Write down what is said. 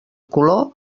color